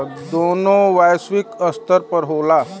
दोनों वैश्विक स्तर पर होला